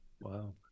Wow